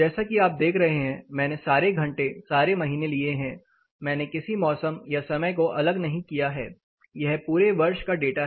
जैसा कि आप देख रहे हैं मैंने सारे घंटे सारे महीने लिए हैं मैंने किसी मौसम या समय को अलग नहीं किया है यह पूरे वर्ष का डाटा है